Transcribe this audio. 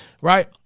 Right